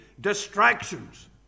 distractions